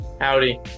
Howdy